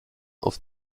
auf